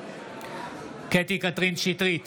קטי קטרין שטרית,